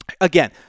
again